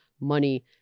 money